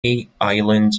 island